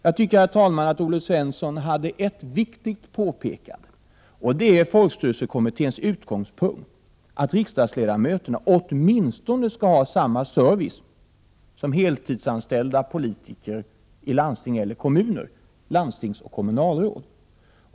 Jag tycker, herr talman, att Olle Svensson gjorde ett viktigt påpekande, som också är folkstyrelsekommitténs utgångspunkt, att riksdagsledamöterna åtminstone skall ha samma service som heltidsanställda politiker i landsting och kommuner, landstingsoch kommunalråd.